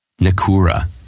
Nakura